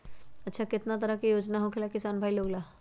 अच्छा कितना तरह के योजना होखेला किसान भाई लोग ला?